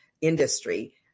industry